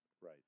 right